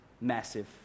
massive